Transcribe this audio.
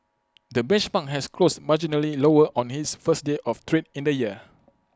the benchmark has closed marginally lower on its first day of trade in the year